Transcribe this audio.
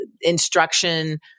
instruction